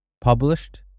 Published